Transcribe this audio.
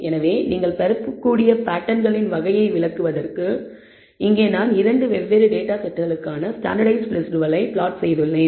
எனவே நீங்கள் பெறக்கூடிய வடிவங்களின் வகையை விளக்குவதற்கு இங்கே நான் 2 வெவ்வேறு டேட்டா செட்களுக்கான ஸ்டாண்டர்ட்டைஸ்ட் ரெஸிடுவலை பிளாட் செய்துள்ளேன்